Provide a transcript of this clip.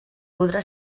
podrà